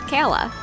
Kayla